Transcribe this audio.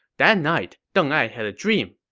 that night, deng ai had a dream.